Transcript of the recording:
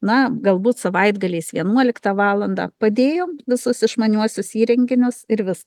na galbūt savaitgaliais vienuoliktą valandą padėjom visus išmaniuosius įrenginius ir vis